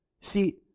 See